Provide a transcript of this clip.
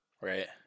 Right